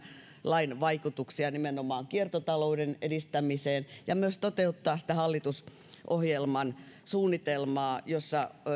lain vaikutuksia nimenomaan kiertotalouden edistämiseen ja myös toteuttaa sitä hallitusohjelman suunnitelmaa johon